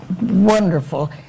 wonderful